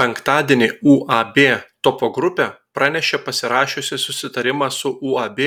penktadienį uab topo grupė pranešė pasirašiusi susitarimą su uab